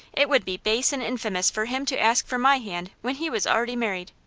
it would be base and infamous for him to ask for my hand when he was already married.